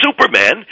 Superman